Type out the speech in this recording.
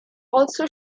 also